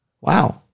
Wow